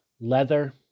leather